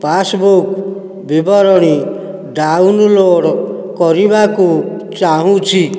passbook ବିବରଣୀ download କରିବାକୁ ଚାହୁଁଛି